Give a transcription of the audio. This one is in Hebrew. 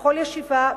בכל ישיבה,